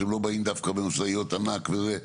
שהם לא באים דווקא במשאיות ענק וזה.